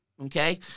Okay